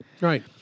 Right